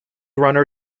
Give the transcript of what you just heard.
runner